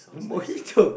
mojito